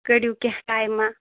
کٔرِو کینٛہہ ٹایمہ